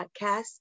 podcast